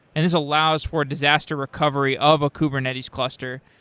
and this allows for disaster recovery of a kubernetes cluster.